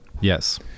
Yes